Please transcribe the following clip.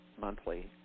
monthly